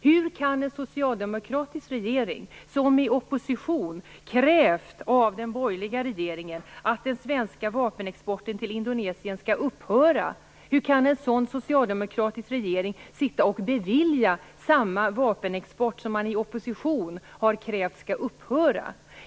Hur kan en socialdemokratisk regering, som i opposition krävt av den borgerliga regeringen att den svenska vapenexporten till Indonesien skall upphöra, bevilja samma vapenexport som man i opposition har krävt skall upphöra?